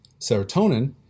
Serotonin